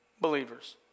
believers